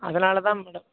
அதனால் தான் மேடம்